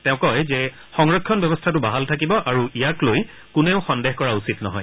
তেওঁ কয় যে সংৰক্ষণ ব্যৱস্থাটো বাহাল থাকিব আৰু ইয়াক লৈ কোনেও সন্দেহ কৰা উচিত নহয়